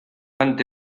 durante